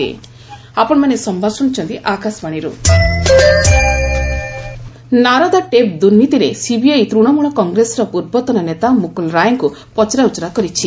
CBI Mukul Roy Narada tape ଦୁର୍ନୀତିରେ CBI Trinamool କଂଗ୍ରେସର ପୂର୍ବତନ ନେତା ମୁକୁଲ ରାୟଙ୍କୁ ପଚରା ଉଚରା କରିଛି